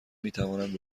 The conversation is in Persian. میتوانند